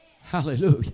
Hallelujah